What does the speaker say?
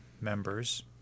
members